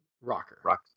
rocker